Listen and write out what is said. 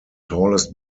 tallest